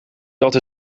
dat